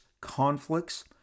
conflicts